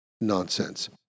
nonsense